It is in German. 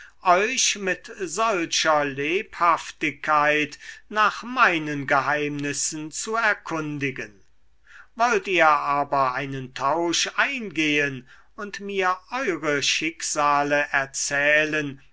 euch mit solcher lebhaftigkeit nach meinen geheimnissen zu erkundigen wollt ihr aber einen tausch eingehen und mir eure schicksale erzählen